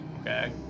Okay